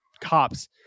cops